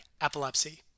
epilepsy